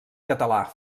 català